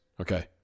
Okay